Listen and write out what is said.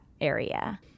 area